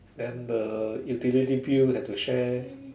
then the utility bills have to share